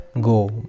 go